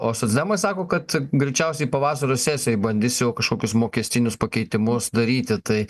o socdemai sako kad greičiausiai pavasario sesijoj bandys jau kažkokius mokestinius pakeitimus daryti tai